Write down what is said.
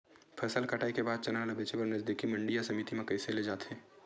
फसल कटाई के बाद चना ला बेचे बर नजदीकी मंडी या समिति मा कइसे ले जाथे?